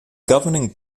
governing